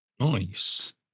nice